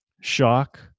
shock